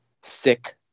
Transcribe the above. sick